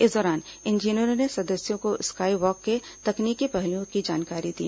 इस दौरान इंजीनियरों ने सदस्यों को स्काई वॉक के तकनीकी पहलुओं की जानकारी दी